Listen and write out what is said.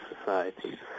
society